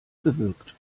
bewirkt